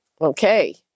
Okay